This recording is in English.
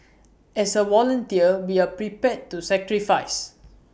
as A volunteer we are prepared to sacrifice